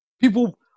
People